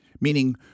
Meaning